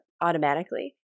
automatically